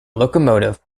locomotive